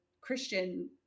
Christian